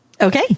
Okay